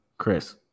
Chris